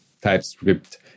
TypeScript